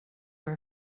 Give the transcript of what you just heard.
are